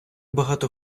багато